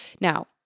Now